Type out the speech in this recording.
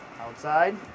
Outside